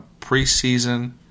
Preseason